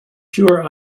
pure